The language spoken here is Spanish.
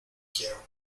quiero